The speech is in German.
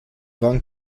waren